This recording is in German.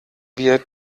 wir